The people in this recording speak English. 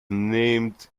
named